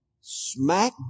smack